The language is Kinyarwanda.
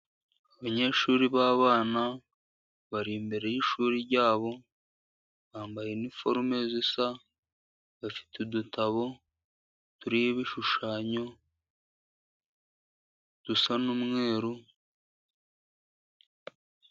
Abanyeshuri b'abana bari imbere yishuri ryabo, bambaye iniforome zisa, bafite udutabo turiho ibishushanyo, dusa n'umweru.